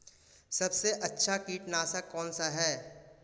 सबसे अच्छा कीटनाशक कौनसा है?